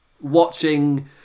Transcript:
Watching